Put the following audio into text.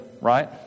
right